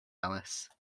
alice